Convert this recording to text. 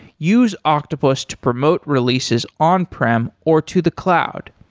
use octopus to promote releases on-prem or to the cloud.